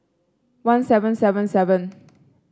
one seven seven seven